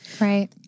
right